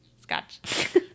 scotch